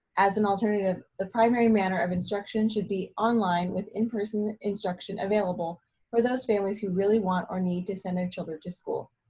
as an alternative, the primary manner of instruction should be online with in person instruction available for those families who really want or need to send their children to school.